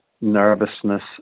nervousness